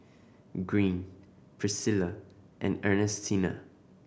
Greene Priscilla and Ernestina